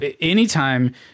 anytime